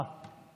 מה?